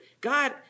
god